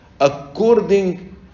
according